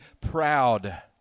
proud